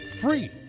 Free